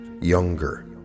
younger